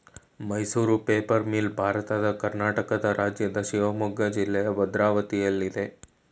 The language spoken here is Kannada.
ಮೈಸೂರು ಪೇಪರ್ ಮಿಲ್ ಭಾರತದ ಕರ್ನಾಟಕ ರಾಜ್ಯದ ಶಿವಮೊಗ್ಗ ಜಿಲ್ಲೆಯ ಭದ್ರಾವತಿಯಲ್ಲಯ್ತೆ